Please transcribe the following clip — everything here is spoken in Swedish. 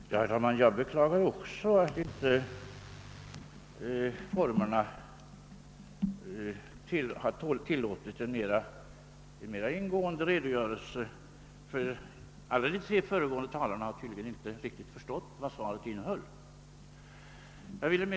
Herr talman! Jag beklagar också att kammarens arbetsformer inte har tilllåtit en mera ingående redogörelse, ty ingen av de tre föregående talarna har tydligen riktigt förstått vad svaret innehöll.